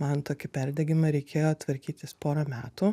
man tokį perdegimą reikėjo tvarkytis porą metų